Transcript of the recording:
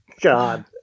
God